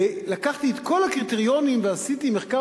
ולקחתי את כל הקריטריונים ועשיתי מחקר